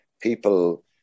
people